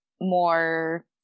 more